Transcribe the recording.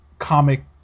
comic